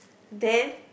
then